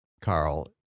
Carl